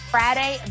Friday